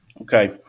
Okay